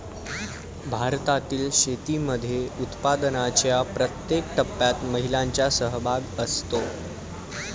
भारतातील शेतीमध्ये उत्पादनाच्या प्रत्येक टप्प्यात महिलांचा सहभाग असतो